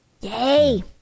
Yay